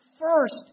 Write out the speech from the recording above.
first